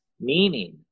meaning